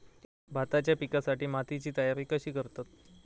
भाताच्या पिकासाठी मातीची तयारी कशी करतत?